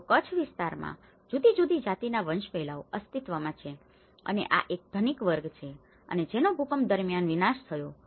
તો કચ્છ વિસ્તારમાં જુદી જુદી જાતિના વંશવેલાઓ અસ્તિત્વમાં છે અને આ એક ધનિક વર્ગ છે અને જેનો ભૂકંપ દરમિયાન વિનાશ થયો છે